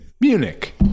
Munich